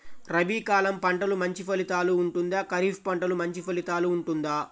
రబీ కాలం పంటలు మంచి ఫలితాలు ఉంటుందా? ఖరీఫ్ పంటలు మంచి ఫలితాలు ఉంటుందా?